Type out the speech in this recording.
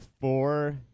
four